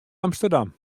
amsterdam